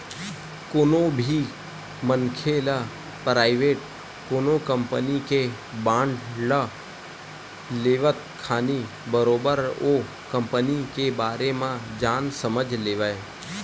कोनो भी मनखे ल पराइवेट कोनो कंपनी के बांड ल लेवत खानी बरोबर ओ कंपनी के बारे म जान समझ लेवय